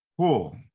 Cool